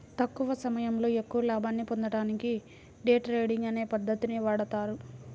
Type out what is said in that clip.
తక్కువ సమయంలో ఎక్కువ లాభాల్ని పొందడానికి డే ట్రేడింగ్ అనే పద్ధతిని వాడతారు